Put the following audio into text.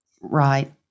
Right